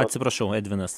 atsiprašau edvinas